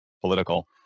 political